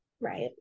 Right